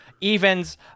Evens